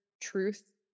truth